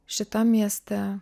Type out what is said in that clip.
šitam mieste